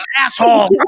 asshole